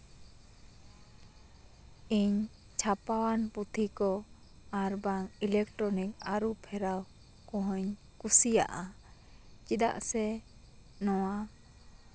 ᱤᱧ ᱪᱷᱟᱯᱟᱣᱟᱱ ᱯᱩᱛᱷᱤ ᱠᱚ ᱟᱨ ᱤᱞᱮᱠᱴᱨᱚᱱᱤᱠ ᱟᱹᱨᱩ ᱯᱷᱮᱨᱟᱣ ᱠᱚᱦᱚᱸ ᱠᱩᱥᱤᱭᱟᱜᱼᱟ ᱪᱮᱫᱟᱜ ᱥᱮ ᱱᱚᱣᱟ